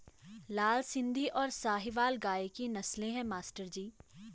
लाल सिंधी और साहिवाल गाय की नस्लें हैं मास्टर जी